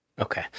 okay